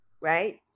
right